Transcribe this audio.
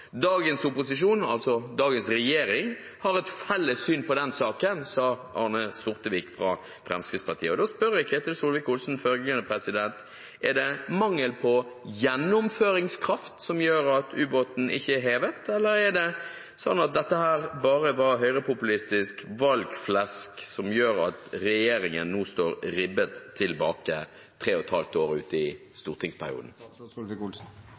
opposisjon» – altså dagens regjering – «har et felles syn på den saken.» Da spør jeg Ketil Solvik-Olsen om følgende: Er det mangelen på gjennomføringskraft som gjør at ubåten ikke er hevet, eller er det sånn at dette bare var høyrepopulistisk valgflesk, som gjør at regjeringen nå står ribbet tilbake, tre og et halvt år ut i